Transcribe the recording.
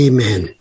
Amen